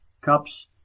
cups